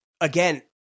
again